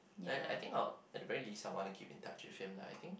like I think I would at the very least someone to keep in touch with him like I think